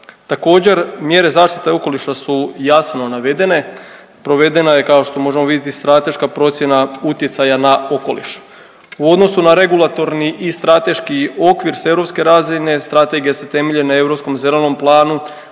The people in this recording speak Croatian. Također mjere zaštite okoliša su jasno navedene, provedena je kao što možemo vidjeti strateška procjena utjecaja na okoliš. U odnosu na regulatorni i strateški okvir s europske razine strategija se temelji na Europskom zelenom planu,